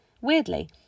Weirdly